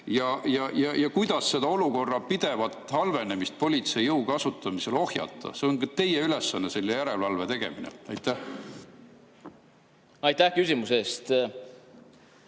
Ja kuidas seda olukorra pidevat halvenemist politsei jõu kasutamisel ohjata? See on teie ülesanne, selle järelevalve tegemine. Aitäh, lugupeetud